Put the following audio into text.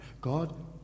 God